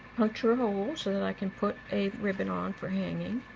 puncture um a hole so that i can put a ribbon on for hanging